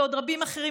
ועוד רבים אחרים,